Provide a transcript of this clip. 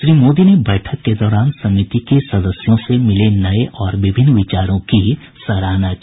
श्री मोदी ने बैठक के दौरान समिति के सदस्यों से मिले नए और विभिन्न विचारों की सराहना की